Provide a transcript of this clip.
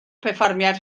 perfformiad